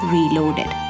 Reloaded